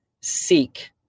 Seek